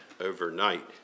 overnight